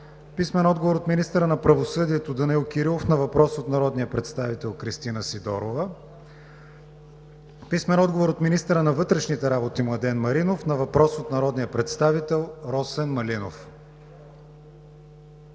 Сидорова; - министъра на правосъдието Данаил Кирилов на въпрос от народния представител Кристина Сидорова; - министъра на вътрешните работи Младен Маринов на въпрос от народния представител Росен Малинов.